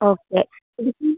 okay എടുക്കൂ